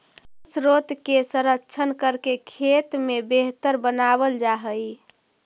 जलस्रोत के संरक्षण करके खेत के बेहतर बनावल जा हई